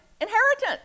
inheritance